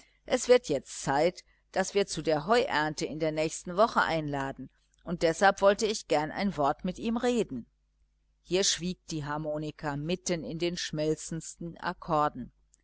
es wird jetzt zeit daß wir zu der heuernte in der nächsten woche einladen und deshalb wollte ich gern ein wort mit ihm reden hier schwieg die harmonika mitten in den schmelzendsten akkorden